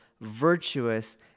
virtuous